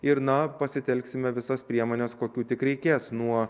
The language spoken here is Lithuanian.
ir na pasitelksime visas priemones kokių tik reikės nuo